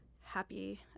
happy